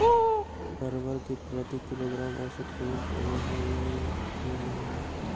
परवल के प्रति किलोग्राम औसत कीमत की रहलई र ई महीने?